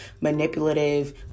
Manipulative